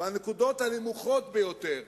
בנקודות הנמוכות ביותר